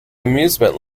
amusement